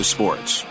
Sports